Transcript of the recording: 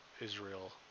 Israel